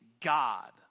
God